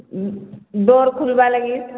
door ଖୋଲିବା ଲାଗି